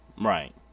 Right